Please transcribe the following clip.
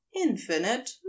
infinite